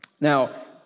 Now